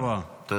תודה רבה.